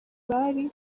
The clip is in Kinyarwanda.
bari